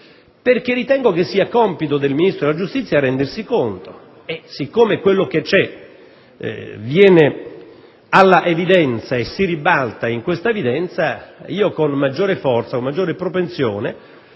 perché ritengo che sia compito del Ministro della giustizia rendersi conto della situazione. E siccome quel che c'è viene in evidenza, si ribalta in questa evidenza, con maggiore forza e maggiore propensione,